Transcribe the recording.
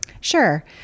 Sure